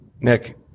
Nick